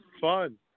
fun